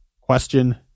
question